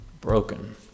Broken